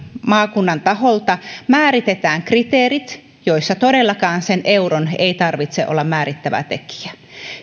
maakunnan taholta määritetään kriteerit joissa todellakaan sen euron ei tarvitse olla määrittävä tekijä